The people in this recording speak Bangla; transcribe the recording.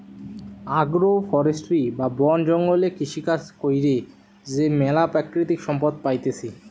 আগ্রো ফরেষ্ট্রী বা বন জঙ্গলে কৃষিকাজ কইরে যে ম্যালা প্রাকৃতিক সম্পদ পাইতেছি